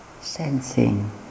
Sensing